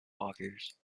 walkers